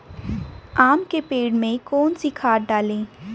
आम के पेड़ में कौन सी खाद डालें?